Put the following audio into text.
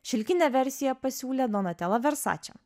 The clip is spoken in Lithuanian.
šilkinę versiją pasiūlė donatela versače